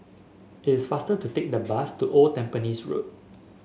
it is faster to take the bus to Old Tampines Road